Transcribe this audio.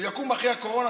ויקום אחרי הקורונה,